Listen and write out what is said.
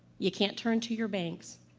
you can't turn to your banks.